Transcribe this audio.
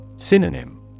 Synonym